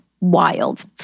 wild